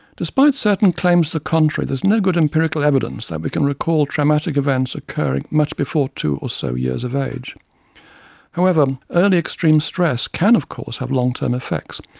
despite certain claims to the contrary there is no good empirical evidence that we can recall traumatic events occurring much before two or so years of age however early extreme stress can of course have long term effects,